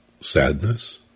sadness